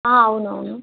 అవునవును